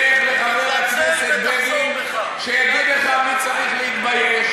לך לחבר הכנסת בגין שיגיד לך מי צריך להתבייש.